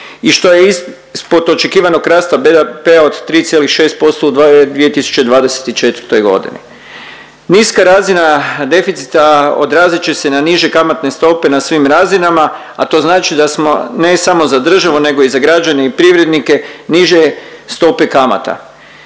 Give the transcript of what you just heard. i što je ispod očekivanog rasta BDP-a od 3,6% u 2024. godini. Niska razina deficita odrazit će se na niže kamatne stope na svim razinama, a to znači da smo ne samo za državu nego i za građane i privrednike niže stope kamata.